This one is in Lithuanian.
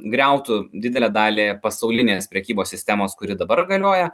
griautų didelę dalį pasaulinės prekybos sistemos kuri dabar galioja